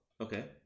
okay